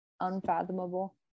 unfathomable